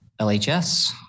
lhs